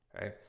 right